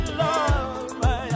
love